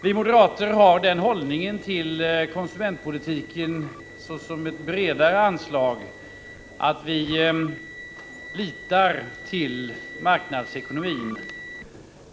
Vi moderater har den hållningen till konsumentpolitiken, såsom ett bredare anslag, att vi litar till marknadsekonomin.